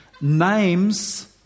names